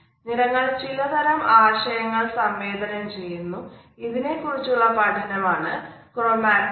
നിറങ്ങൾ ചില തരം ആശയങ്ങൾ സംവേദനം ചെയ്യുന്നു ഇതിനെ കുറിച്ചുള്ള പഠനം ആണ് ക്രൊമാറ്റിക്സ്